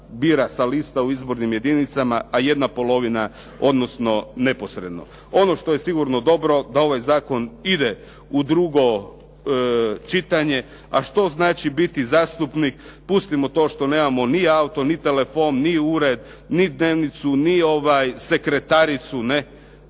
bira sa lista u izbornim jedinicama, a ½ odnosno neposredno. Ono što je sigurno dobro da ovaj zakon ide u drugo čitanje. A što znači biti zastupnik, pustimo to što nemamo ni auto, ni telefon, ni ured, ni dnevnicu, ni sekretaricu,